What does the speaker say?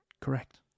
Correct